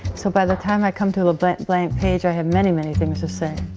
so by the time i come to the but blank page, i have many, many things to say.